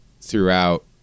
throughout